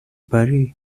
paris